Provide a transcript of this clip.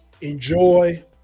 enjoy